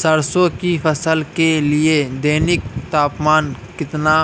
सरसों की फसल के लिए दैनिक तापमान कितना